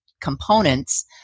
components